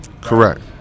Correct